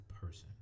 person